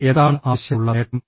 എന്താണ് ആവശ്യമുള്ള നേട്ടം